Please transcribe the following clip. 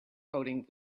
coding